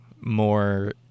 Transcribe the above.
more